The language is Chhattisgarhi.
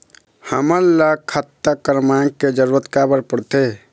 हमन ला खाता क्रमांक के जरूरत का बर पड़थे?